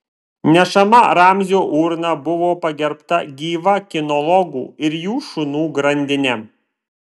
nešama ramzio urna buvo pagerbta gyva kinologų ir jų šunų grandine